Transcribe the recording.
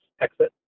exit